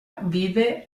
vive